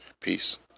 peace